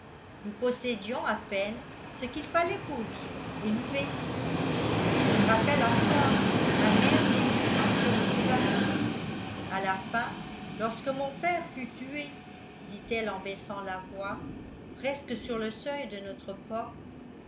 nous possédions à peine ce qu'il fallait pour vivre et nous vêtir et je me rappelle encore ma mère gémissant sur nos privations a la fin lorsque mon père fut tué dit-elle en baissant la voix presque sur le seuil de notre porte